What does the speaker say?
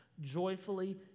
joyfully